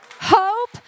Hope